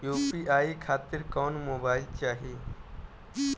UPI खातिर कौन mobile चाहीं?